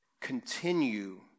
continue